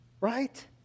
right